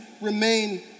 remain